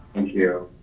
and you,